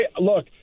Look